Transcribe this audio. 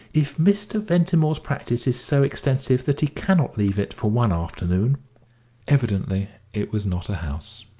if mr. ventimore's practice is so extensive that he cannot leave it for one afternoon evidently it was not a house.